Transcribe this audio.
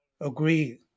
agree